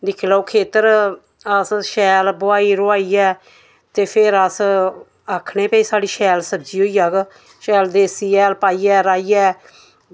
दिक्खी लाओ खेत्तर अस शैल बोहाई रोआइयै ते फिर अस आक्खने भई साढ़ी शैल सब्जी होई जाह्ग शैल देसी हैल पाइयै राहियै